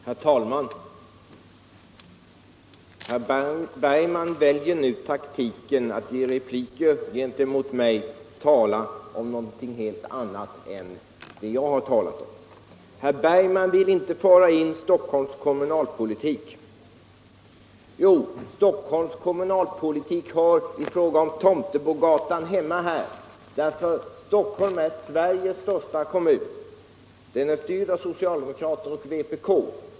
Herr talman! Herr Bergman i Göteborg väljer nu taktiken att i repliker gentemot mig tala om någonting helt annat än det jag har talat om. Herr Bergman vill inte föra in Stockholms kommunalpolitik i debatten. Jo, Stockholms kommunalpolitik hör i fråga om Tomtebogatan hemma här, eftersom Stockholm är Sveriges största kommun. Den är styrd av socialdemokrater och vpk.